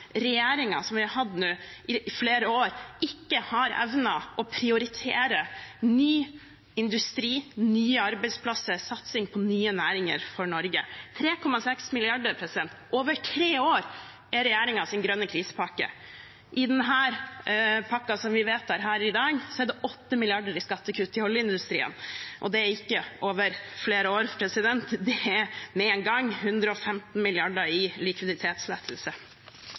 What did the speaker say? vi har hatt nå i flere år, ikke har evnet å prioritere ny industri, nye arbeidsplasser, satsing på nye næringer for Norge. 3,6 mrd. kr over tre år er regjeringens grønne krisepakke. I den pakken vi vedtar her i dag, er det 8 mrd. kr i skattekutt til oljeindustrien – og det er ikke over flere år, det er med en gang – og 115 mrd. kr i likviditetslettelse.